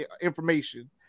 information